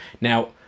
now